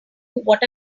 what